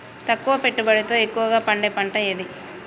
తక్కువ పెట్టుబడితో ఎక్కువగా పండే పంట ఏది?